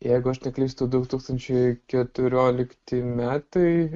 jeigu aš neklystu du tūkstančiai keturiolikti metai